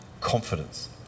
confidence